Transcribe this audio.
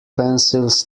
pencils